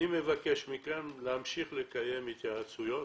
אני מבקש מכם להמשיך לקיים התייעצויות,